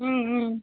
ம் ம்